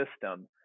system